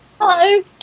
Hello